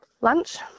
lunch